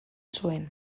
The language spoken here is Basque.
zuen